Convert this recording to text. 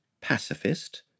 pacifist